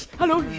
hello!